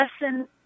lesson